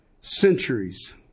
Centuries